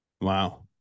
Wow